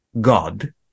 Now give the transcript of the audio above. God